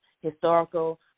historical